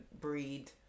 breed